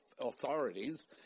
authorities